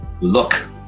Look